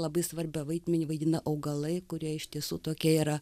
labai svarbią vaidmenį vaidina augalai kurie iš tiesų tokie yra